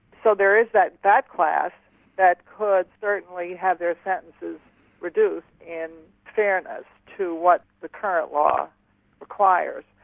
so there is that back-class that could certainly have their sentences reduced in fairness to what the current law requires.